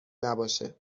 نباشه